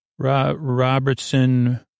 Robertson